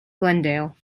glendale